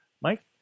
Mike